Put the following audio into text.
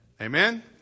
Amen